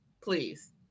please